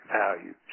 value